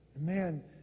Man